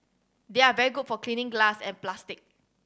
they are very good for cleaning glass and plastic